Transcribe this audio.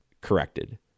corrected